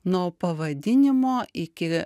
nuo pavadinimo iki